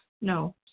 No